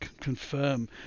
confirm